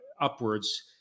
upwards